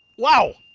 wow!